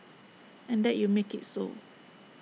and that you make IT so